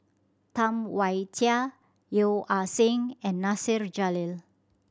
Tam Wai Jia Yeo Ah Seng and Nasir Jalil